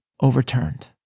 overturned